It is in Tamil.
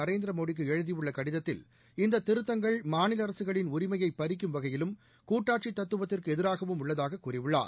நரேந்திரமோடிக்கு எழுதியுள்ள கடிதத்தில் இந்த திருத்தங்கள் மாநில அரசுகளின் உரிமையை பறிக்கும் வகையிலும் கூட்டாட்சி தத்துவத்திற்கு எதிராகவும் உள்ளதாக கூறியுள்ளார்